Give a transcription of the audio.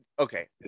okay